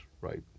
right